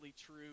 true